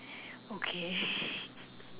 okay